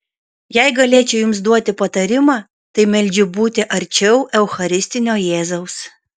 jei galėčiau jums duoti patarimą tai meldžiu būti arčiau eucharistinio jėzaus